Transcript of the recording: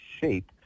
shape